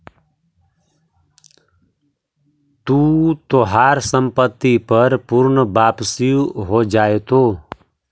तू तोहार संपत्ति पर पूर्ण वापसी हो जाएतो